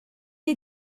est